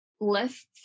lists